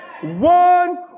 One